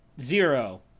zero